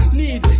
need